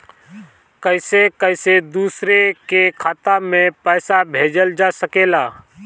कईसे कईसे दूसरे के खाता में पईसा भेजल जा सकेला?